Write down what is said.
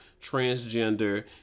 transgender